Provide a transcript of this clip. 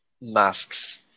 masks